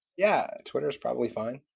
yeah, twitter is probably fine.